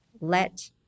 let